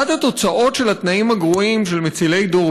אחת התוצאות של התנאים הגרועים של מצילי דור